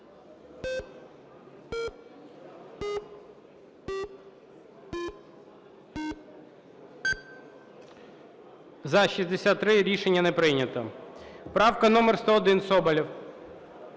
За-63 Рішення не прийнято. Правка номер 101, Соболєв.